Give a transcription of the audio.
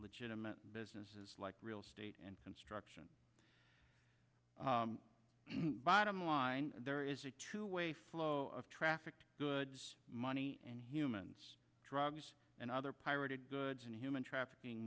legitimate businesses like real estate and construction bottom line there is a two way flow of traffic goods money and humans drugs and other pirated goods and human trafficking